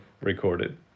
recorded